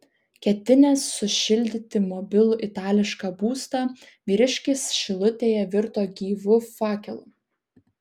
ketinęs sušildyti mobilų itališką būstą vyriškis šilutėje virto gyvu fakelu